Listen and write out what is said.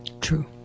True